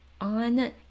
on